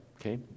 okay